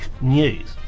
news